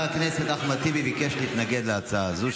חבר הכנסת אחמד טיבי ביקש להתנגד להצעה הזו,